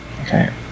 Okay